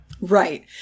Right